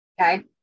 okay